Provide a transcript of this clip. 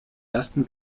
ersten